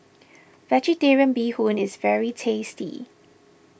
Vegetarian Bee Hoon is very tasty